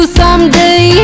someday